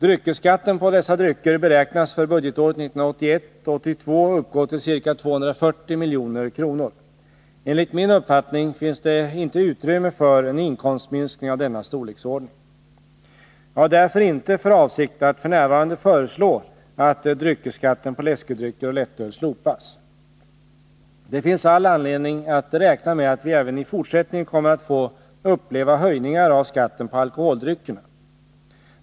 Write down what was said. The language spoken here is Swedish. Dryckesskatten på dessa drycker beräknas för budgetåret 1981/82 uppgå till ca 240 milj.kr. Enligt min uppfattning finns det inte utrymme för en inkomstminskning av denna storleksordning. Jag har därför inte för avsikt att f.n. föreslå att dryckesskatten på läskedrycker och lättöl slopas. Det finns all anledning att räkna med att vi även i fortsättningen kommer att få uppleva höjningar av skatten på alkoholdryckerna.